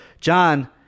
John